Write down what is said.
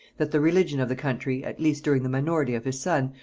that the religion of the country, at least during the minority of his son,